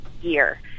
year